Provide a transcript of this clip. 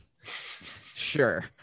Sure